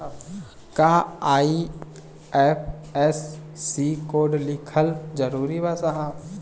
का IFSC code लिखल जरूरी बा साहब?